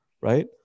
right